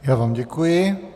Já vám děkuji.